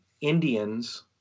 Indians